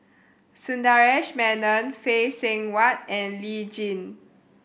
Sundaresh Menon Phay Seng Whatt and Lee Tjin